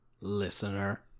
listener